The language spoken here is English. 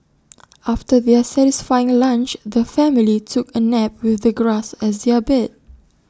after their satisfying lunch the family took A nap with the grass as their bed